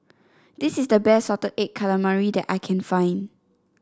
this is the best Salted Egg Calamari that I can find